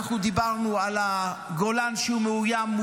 אנחנו דיברנו על זה שהגולן מאוים,